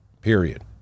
period